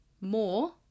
more